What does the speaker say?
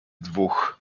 dwóch